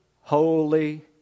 holy